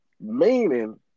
Meaning